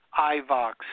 iVox